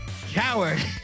coward